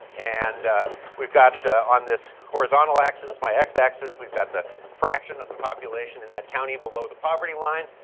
and we've got on this horizontal axis, my x-axis, we've got the fraction of the population in that county below the poverty line.